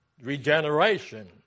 regeneration